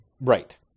Right